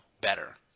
better